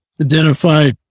identify